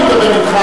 ישמע את זה.